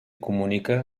comunica